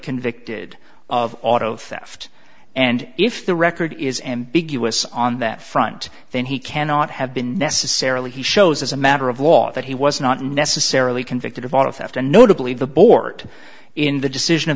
convicted of auto theft and if the record is ambiguous on that front then he cannot have been necessarily he shows as a matter of law that he was not necessarily convicted of auto theft and notably the board in the decision a